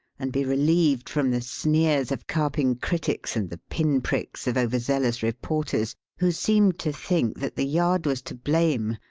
and be relieved from the sneers of carping critics and the pin pricks of overzealous reporters, who seemed to think that the yard was to blame,